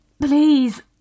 Please